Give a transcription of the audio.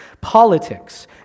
politics